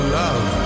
love